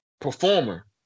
performer